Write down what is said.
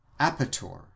apator